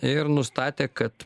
ir nustatė kad